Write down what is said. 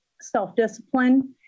self-discipline